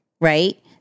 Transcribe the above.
right